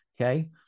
Okay